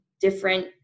different